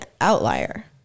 outlier